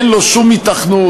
אין לו שום היתכנות,